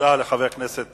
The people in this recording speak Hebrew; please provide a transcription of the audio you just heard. תודה לחבר הכנסת